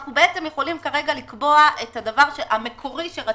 אנו יכולים כרגע לקבוע את הדבר המקורי שרצינו,